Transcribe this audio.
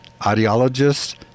audiologists